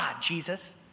Jesus